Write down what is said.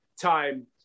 time